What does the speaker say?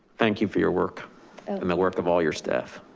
thank you for your work and the work of all your staff.